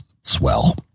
swell